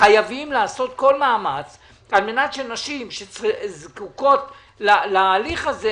חייבים לעשות כל מאמץ על מנת שנשים שזקוקות להליך הזה,